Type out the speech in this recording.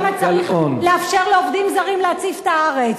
צריך לאפשר לעובדים זרים להציף את הארץ.